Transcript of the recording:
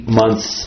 months